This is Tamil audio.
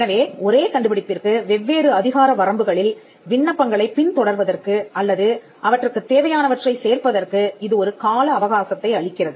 எனவே ஒரே கண்டுபிடிப்பிற்கு வெவ்வேறு அதிகார வரம்புகளில் விண்ணப்பங்களைப் பின் தொடர்வதற்கு அல்லது அவற்றுக்குத் தேவையானவற்றை சேர்ப்பதற்கு இது ஒரு கால அவகாசத்தை அளிக்கிறது